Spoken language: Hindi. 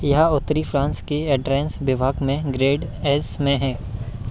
यह उत्तरी फ्रान्स के ऑर्डिनेन्स विभाग में ग्रैण्ड एस में हैं